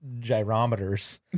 gyrometers